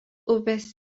upės